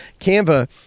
Canva